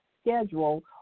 schedule